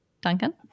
Duncan